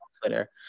Twitter